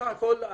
בסך הכול,